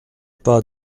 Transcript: pas